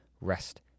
Rest